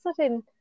sudden